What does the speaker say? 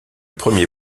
premier